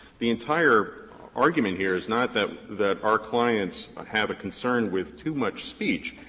the entire argument here is not that that our clients ah have a concern with too much speech.